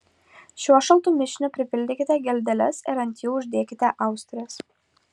šiuo šaltu mišiniu pripildykite geldeles ir ant jų uždėkite austres